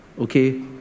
Okay